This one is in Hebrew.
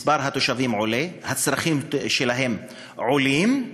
מספר התושבים עולה, הצרכים שלהם עולים,